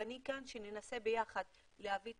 ואני כאן כדי שננסה יחד להביא את